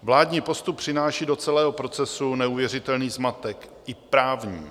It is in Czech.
Vládní postup přináší do celého procesu neuvěřitelný zmatek, i právní.